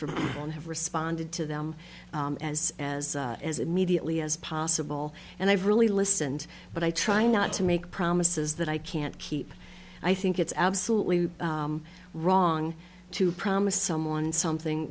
one have responded to them as as as immediately as possible and i've really listened but i try not to make promises that i can't keep i think it's absolutely wrong to promise someone something